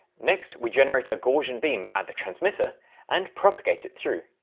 next, we generate a gaussian beam at the transmitter and propagate it through.